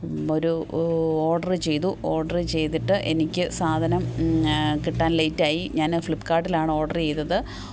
ഒരു ഓർഡർ ചെയ്തു ഓർഡർ ചെയ്തിട്ട് എനിക്ക് സാധനം കിട്ടാന് ലേറ്റ് ആയി ഞാൻ ഫ്ലിപ്പ്ക്കാർട്ടിലാണ് ഓർഡർ ചെയ്തത്